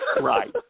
right